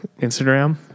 Instagram